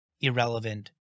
irrelevant